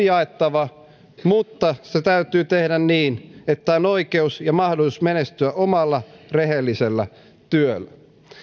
jaettava mutta se täytyy tehdä niin että on oikeus ja mahdollisuus menestyä omalla rehellisellä työllä